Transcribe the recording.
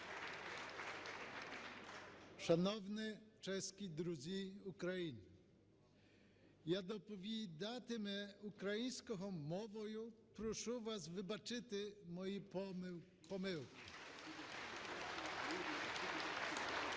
Шановні чеські друзі України! Я доповідатиму українською мовою, прошу вас вибачити мої помилки.